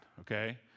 okay